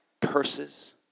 purses